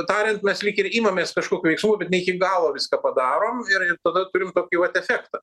tariant mes lyg ir imamės kažkokių veiksmų ne iki galo viską padarom ir tada turim tokį vat efektą